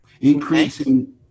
Increasing